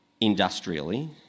industrially